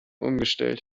umgestellt